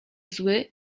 zły